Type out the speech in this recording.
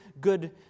good